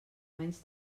menys